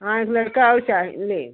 हाँ एक लड़का है साथ में